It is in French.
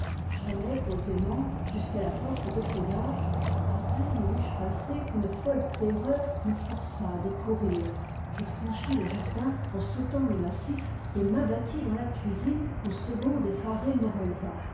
j'allai posément jusqu'à la porte de feuillage à peine leus je passée qu'une folle terreur me força de courir je franchis le jardin en sautant les massifs et m'abattis dans la cuisine où segonde effarée me releva